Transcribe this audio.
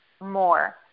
more